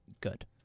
good